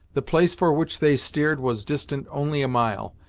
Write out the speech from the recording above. the place for which they steered was distant only a mile,